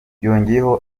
yongeyeho